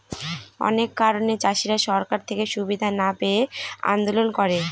অনেক কারণে চাষীরা সরকার থেকে সুবিধা না পেয়ে আন্দোলন করে